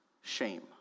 shame